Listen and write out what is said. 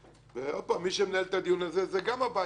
ומי שמנהל את הדיון הזה זה גם הבית היהודי.